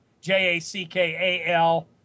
J-A-C-K-A-L